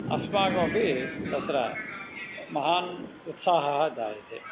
अस्माकमपि तत्र महान् उत्साहः जायते